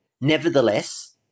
Nevertheless